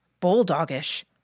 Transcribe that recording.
bulldogish